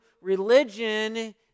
religion